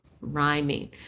rhyming